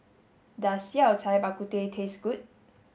does Yao Cai Bak Kut Teh taste good